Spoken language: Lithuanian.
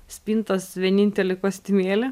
spintos vienintelį kostiumėlį